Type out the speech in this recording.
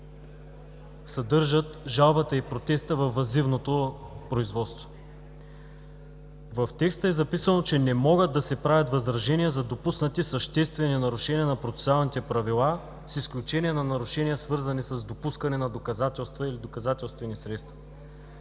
съдържат жалбата и протеста във въззивното производство. В текста е записано, че не могат да се правят възражения за допуснати съществени нарушения на процесуалните правила с изключение на нарушения, свързани с допускане на доказателства или доказателствени средства.